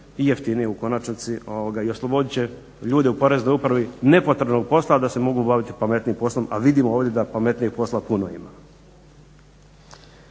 i jeftinije u konačnici. I oslobodit će ljude u Poreznoj upravi nepotrebnog posla, a da se mogu baviti pametnijim poslom, a vidimo ovdje da pametnijeg posla puno ima.